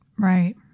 Right